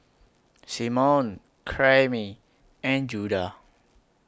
Simone Karyme and Judah